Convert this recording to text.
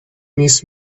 miss